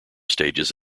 stages